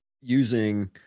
using